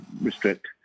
restrict